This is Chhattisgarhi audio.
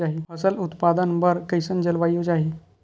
फसल उत्पादन बर कैसन जलवायु चाही?